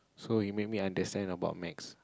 so you make me understand about maths